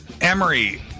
Emery